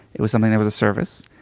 it was something that was a service.